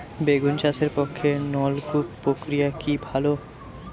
বেগুন চাষের পক্ষে নলকূপ প্রক্রিয়া কি ভালো?